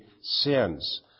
sins